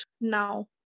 now